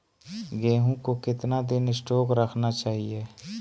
गेंहू को कितना दिन स्टोक रखना चाइए?